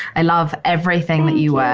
i love everything that you wear.